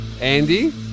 Andy